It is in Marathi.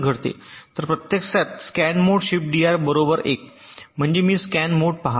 तर हे प्रत्यक्षात हे आहे स्कॅन मोड शिफ्टडीआर बरोबर 1 म्हणजे मी स्कॅन मोड पहात आहे